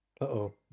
Uh-oh